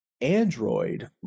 android